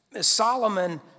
Solomon